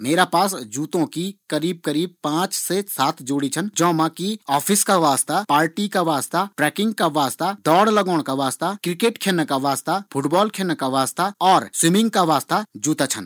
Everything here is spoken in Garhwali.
मेरा पास जूतों की लगभग पांच से सात जोड़ी छन। जौ मा कि ऑफिस का वास्ता, पार्टी का वास्ता, ट्रैकिंग का वास्ता, दौड़ लगोण का वास्ता, क्रिकेट खेलण का वास्ता, फूटबॉल खेलण का वास्ता और स्वीमिंग का वास्ता जूता छन।